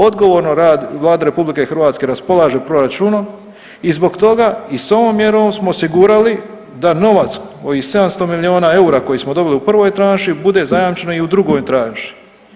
Odgovorno Vlada RH raspolaže proračunom i zbog toga i s ovom mjerom smo osigurali da novac koji, 700 milijuna eura koje smo dobili u prvoj tranši, bude zajamčeno i u drugoj tranši.